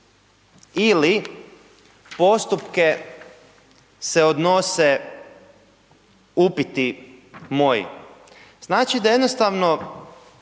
ili postupke se odnose upiti moji. Znači da jednostavno,